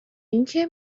اینکه